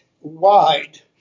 wide